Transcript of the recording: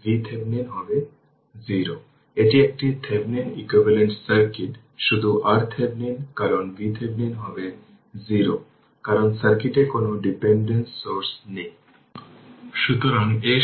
সুতরাং L হল 1 henry এবং didt আমি এই 1 এর ডেরিভেটিভ নিই সুতরাং 20